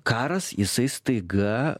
karas jisai staiga